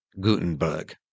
Gutenberg